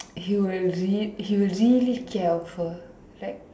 he were really scared of her like